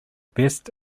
best